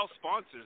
sponsors